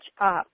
up